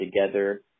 together